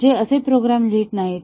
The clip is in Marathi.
ते असे प्रोग्रॅम लिहित नाहीत